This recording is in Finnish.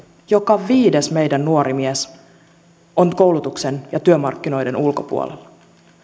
joka viides meidän nuori mies on koulutuksen ja työmarkkinoiden ulkopuolella